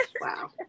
Wow